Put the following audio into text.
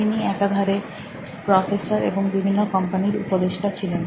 তিনি একাধারে প্রফেসর এবং বিভিন্ন কোম্পানির উপদেষ্টা ছিলেন